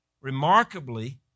remarkably